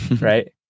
Right